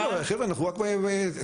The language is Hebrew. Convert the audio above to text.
עוד לא, חבר'ה, אנחנו רק בימים הראשונים.